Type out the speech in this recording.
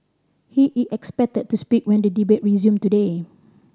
he is expected to speak when the debate resume today